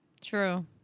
True